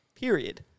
period